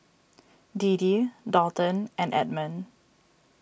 Deedee Dalton and Edmon